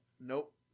nope